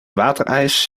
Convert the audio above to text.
waterijs